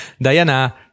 Diana